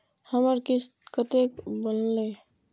हमर किस्त कतैक बनले?